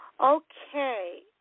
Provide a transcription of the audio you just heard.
Okay